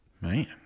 Man